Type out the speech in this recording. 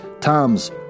Tom's